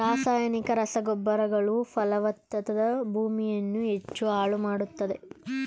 ರಾಸಾಯನಿಕ ರಸಗೊಬ್ಬರಗಳು ಫಲವತ್ತಾದ ಭೂಮಿಯನ್ನು ಹೆಚ್ಚು ಹಾಳು ಮಾಡತ್ತದೆ